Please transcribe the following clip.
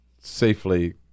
safely